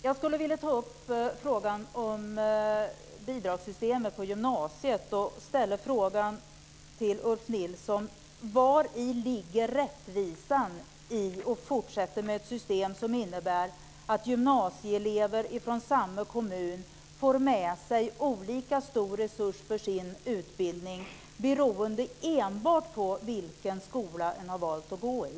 Jag skulle vilja ta upp bidragssystemet på gymnasiet och ställa en fråga till Ulf Nilsson: Vari ligger rättvisan i att fortsätta med ett system som innebär att gymnasieelever från samma kommun får med sig olika stora resurser för sin utbildning beroende enbart på vilken skola de har valt att gå i?